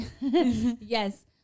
Yes